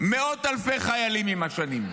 מאות אלפי חיילים עם השנים.